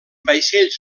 vaixells